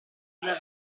dal